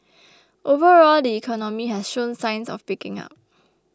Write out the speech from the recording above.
overall the economy has shown signs of picking up